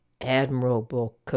Admirable